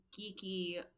geeky